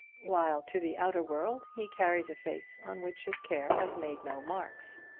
while to the outer world he carries a face on which his care has made no marks.